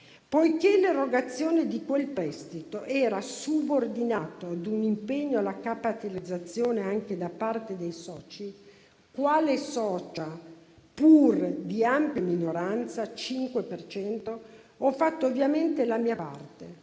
Poiché l'erogazione di quel prestito era subordinato a un impegno alla capitalizzazione anche da parte dei soci, quale socia, pur di ampia minoranza (5 per cento), ho fatto ovviamente la mia parte